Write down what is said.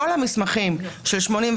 כל המסמכים של 84,